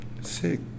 sick